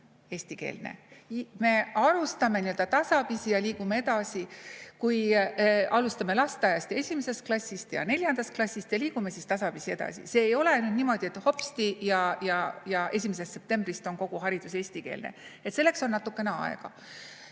Me alustame tasapisi ja liigume edasi. Alustame lasteaiast, esimesest klassist ja neljandast klassist ja liigume tasapisi edasi. See ei ole niimoodi, et hopsti ja 1. septembrist on kogu haridus eestikeelne. Selleks on natukene aega.